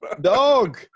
dog